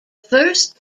first